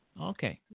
Okay